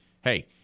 Hey